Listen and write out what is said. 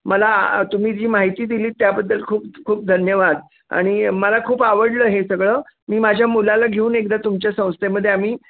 मला तुम्ही जी माहिती दिली त्याबद्दल खूप खूप धन्यवाद आणि मला खूप आवडलं हे सगळं मी माझ्या मुलाला घेऊन एकदा तुमच्या संस्थेमध्ये आम्ही